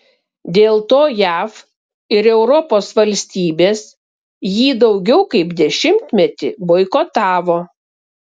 dėl to jav ir europos valstybės jį daugiau kaip dešimtmetį boikotavo